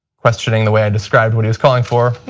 questioning the way i described what he was calling for.